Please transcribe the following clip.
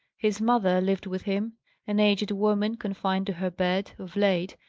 his mother lived with him an aged woman, confined to her bed, of late,